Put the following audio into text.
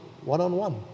one-on-one